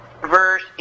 verse